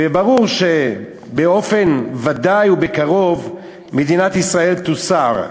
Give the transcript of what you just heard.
וברור שבאופן ודאי ובקרוב מדינת ישראל תוסר.